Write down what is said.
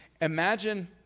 imagine